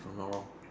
if I'm not wrong